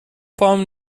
پام